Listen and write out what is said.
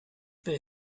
wer